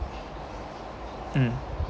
mm